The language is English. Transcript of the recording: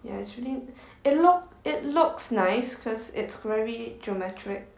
ya it's really it loo~ it looks nice because it's very geometric